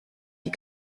die